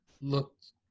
looked